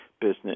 business